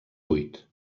buit